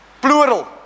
Plural